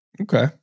Okay